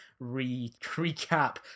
recap